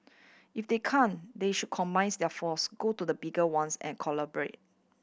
if they can't they should combines their force go to the bigger ones and collaborate